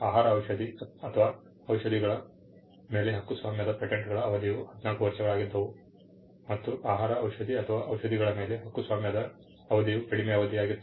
ಆಗ ಪೇಟೆಂಟ್ಗಳ ಅವಧಿಯು 14 ವರ್ಷಗಳಾಗಿದ್ದವು ಮತ್ತು ಆಹಾರ ಔಷಧಿ ಅಥವಾ ಔಷಧೀಗಳ ಮೇಲೆ ಹಕ್ಕುಸ್ವಾಮ್ಯದ ಅವಧಿಯು ಕಡಿಮೆ ಅವಧಿಯಾಗಿತ್ತು